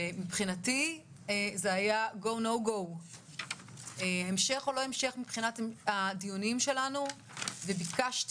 מבחינתי זה היה המשך או לא המשך מבחינת הדיונים שלנו וביקשתי